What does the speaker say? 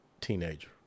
teenager